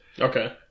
Okay